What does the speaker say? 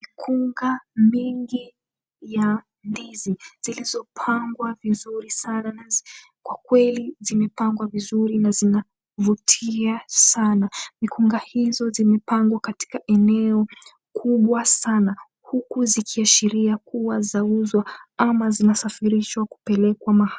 Mikunga mingi ya ndizi zilizopangwa vizuri sana kwa kweli, zimepangwa vizuri na zinavutia sana. Mikunga hizo zimepangwa katika eneo kubwa sana huku zikiashiria kuwa zauzwa ama zinasafirishwa kupelekwa mahali.